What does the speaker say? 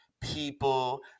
people